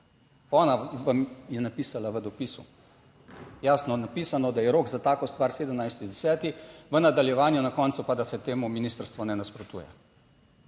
vam je napisala v dopisu, jasno napisano, da je rok za tako stvar 17. 10., v nadaljevanju, na koncu, pa, da se temu ministrstvo ne nasprotuje.